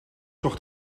toch